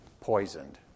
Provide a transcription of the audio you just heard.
Poisoned